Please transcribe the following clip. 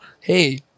hey